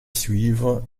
suivre